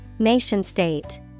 Nation-state